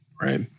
right